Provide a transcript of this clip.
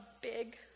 big